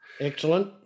Excellent